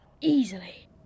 Easily